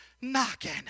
knocking